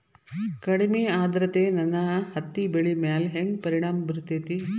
ಕಡಮಿ ಆದ್ರತೆ ನನ್ನ ಹತ್ತಿ ಬೆಳಿ ಮ್ಯಾಲ್ ಹೆಂಗ್ ಪರಿಣಾಮ ಬಿರತೇತಿ?